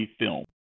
film